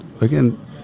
again